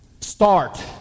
start